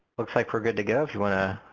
looks like we're good to go if you want to